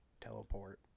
teleport